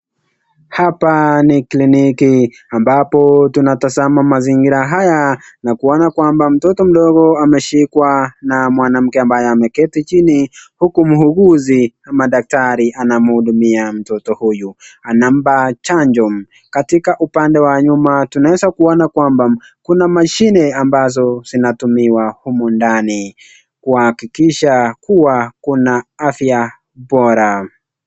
Hapa ni kliniki ambapo tunatazama mazingira haya na kuona mtoto mdogo ameshikwa na mwanamke ambaye ameketi chini na muhuguzi ama daktari ambaye anamhudumia mtoto huyo katika upande wa nyuma tunaangalia kwamba Kuna mashine ambayo hutumika humo ndani kuhakikisha kuwa Kuna afya bora